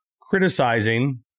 criticizing